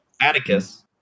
Atticus